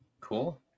Cool